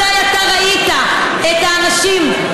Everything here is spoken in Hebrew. מתי אתה ראית את האנשים,